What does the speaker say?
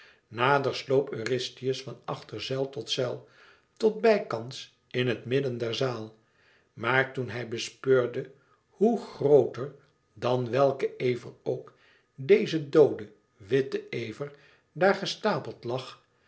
nader sloop eurystheus van achter zuil tot zuil tot bijkans in het midden der zaal maar toen hij bespeurde hoe grooter dan welken ever ook deze doode witte ever daar gestapeld lag